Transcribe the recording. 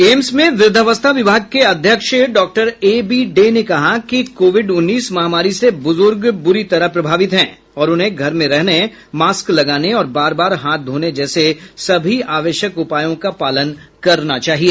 AIIMS में वृद्धावस्था विभाग के अध्यक्ष डॉक्टर एबी डे ने कहा कि कोविड उन्नीस महामारी से बुजुर्ग बुरी तरह प्रभावित हैं और उन्हें घर में रहने मास्क लगाने और बार बार हाथ धोने जैसे सभी आवश्यक उपायों का पालन करना चाहिए